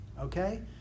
okay